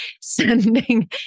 sending